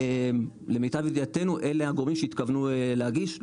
למיטב ידיעתנו אלה הגורמים שהתכוונו להגיש,